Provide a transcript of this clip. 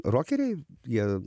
rokeriai jie